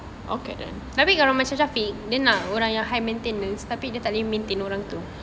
okay